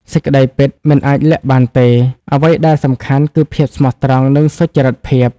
សេចក្ដីពិតមិនអាចលាក់បានទេ អ្វីដែលសំខាន់គឺភាពស្មោះត្រង់និងសុចរិតភាព។